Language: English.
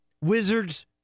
Wizards